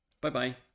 Bye-bye